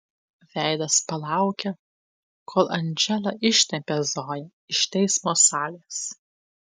veidas palaukia kol andžela ištempia zoją iš teismo salės